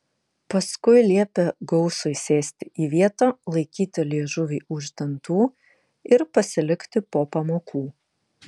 paskui liepė gausui sėsti į vietą laikyti liežuvį už dantų ir pasilikti po pamokų